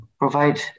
Provide